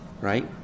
right